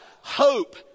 hope